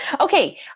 Okay